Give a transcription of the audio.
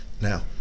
now